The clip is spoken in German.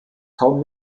kaum